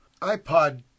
iPod